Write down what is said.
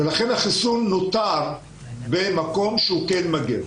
לכן, החיסון נותר במקום שהוא כן מגן.